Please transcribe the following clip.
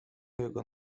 jego